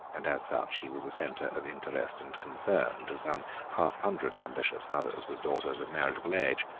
and as such he was a centre of interest and concern to some half-hundred ambitious mothers with daughters of marriageable age.